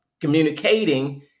communicating